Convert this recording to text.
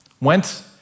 went